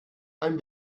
ein